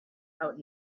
out